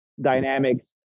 dynamics